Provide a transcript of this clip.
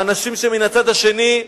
האנשים שמן הצד השני,